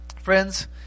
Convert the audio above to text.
Friends